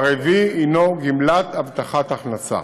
והרביעי הוא גמלת הבטחת הכנסה.